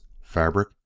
Fabric